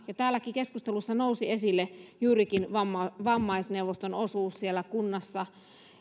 täälläkin keskustelussa nousi esille juurikin vammaisneuvoston osuus siellä kunnassa se